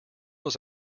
was